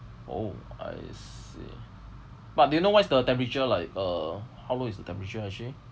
oh I see but do you know what is the temperature like uh how low is the temperature actually